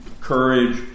courage